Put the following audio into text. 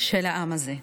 של העם הזה.